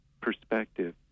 perspective